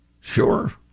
Sure